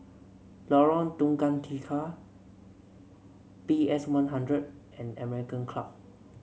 Lorong Tukang Tiga P S One Hundred and American Club